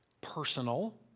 personal